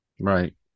Right